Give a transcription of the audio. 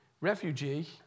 refugee